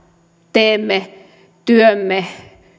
teemme työmme